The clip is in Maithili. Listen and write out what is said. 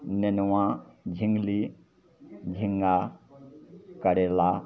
नेनुआ झिङ्गली झिङ्गा करैला